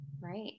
Right